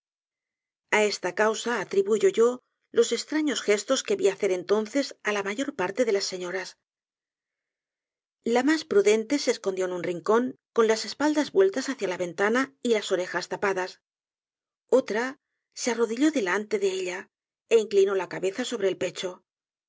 repentinas a esta causa atribuyo yo los estraños gestos que vi hacer entonces ala mayor parte de las señoras la mas prudente se escondió en un rincón con las espaldas vueltas hacia la ventana y las orejas tapadas otra se arrodilló delante de ella é inclinó la cabeza sobre el pecho